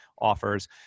offers